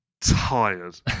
tired